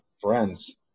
friends